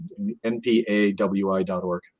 npawi.org